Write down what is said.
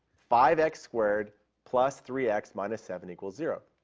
five x squared plus three x minus seven equals zero.